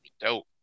dope